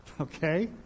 Okay